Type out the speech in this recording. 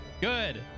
Good